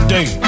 Day